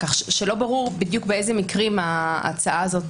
כך שלא ברור באיזה מקרים ההצעה הזאת,